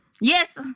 Yes